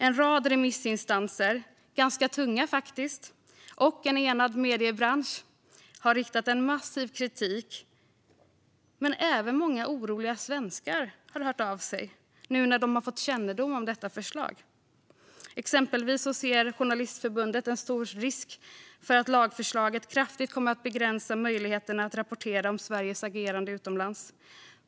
En rad remissinstanser - ganska tunga, faktiskt - och en enad mediebransch har framfört massiv kritik, och även många oroliga svenskar har hört av sig nu när de fått kännedom om förslaget. Exempelvis ser Journalistförbundet en stor risk för att lagförslaget kraftigt kommer att begränsa möjligheterna att rapportera om Sveriges agerande utomlands.